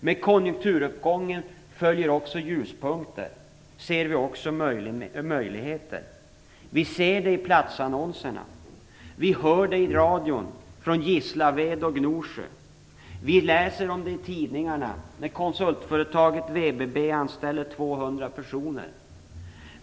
Med konjunkturuppgången följer också ljuspunkter och ser vi möjligheter. Vi ser det i platsannonserna. Vi hör det i radion, från Gislaved och Gnosjö, vi läser om det i tidningarna när konsultföretaget VBB anställer 200 personer.